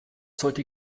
sollte